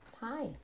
hi